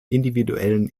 individuellen